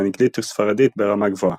ואנגלית וספרדית ברמה גבוהה.